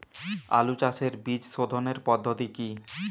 আলু চাষের বীজ সোধনের পদ্ধতি কি?